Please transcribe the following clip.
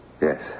Yes